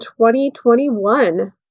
2021